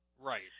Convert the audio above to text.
right